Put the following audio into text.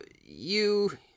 you-